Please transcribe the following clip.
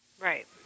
right